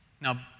Now